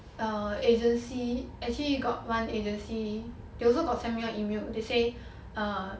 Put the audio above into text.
err agency actually you got one agency they also got sent me one email they say err